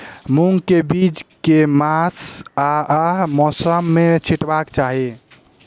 मूंग केँ बीज केँ मास आ मौसम मे छिटबाक चाहि?